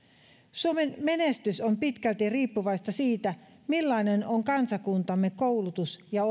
suomen menestys on pitkälti riippuvaista siitä millainen on kansakuntamme koulutus ja